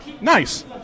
Nice